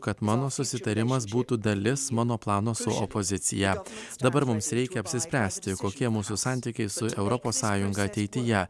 kad mano susitarimas būtų dalis mano plano su opozicija dabar mums reikia apsispręsti kokie mūsų santykiai su europos sąjunga ateityje